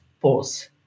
pause